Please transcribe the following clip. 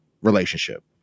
relationship